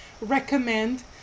recommend